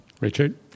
Richard